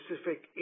specific